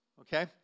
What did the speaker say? Okay